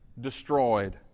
destroyed